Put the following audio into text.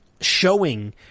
showing